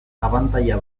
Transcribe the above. abantaila